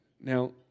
Now